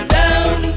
down